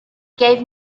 gave